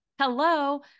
Hello